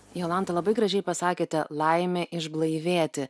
jolanta labai gražiai pasakėte laimė išblaivėti